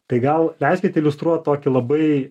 tai gal leiskit iliustruot tokį labai